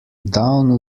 down